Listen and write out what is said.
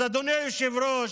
אז אדוני היושב-ראש,